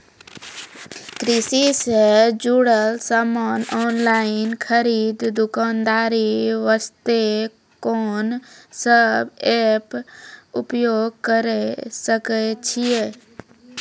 कृषि से जुड़ल समान ऑनलाइन खरीद दुकानदारी वास्ते कोंन सब एप्प उपयोग करें सकय छियै?